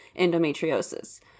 endometriosis